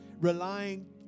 relying